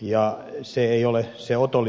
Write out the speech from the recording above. ja se ei ole se otollisin lähtökohta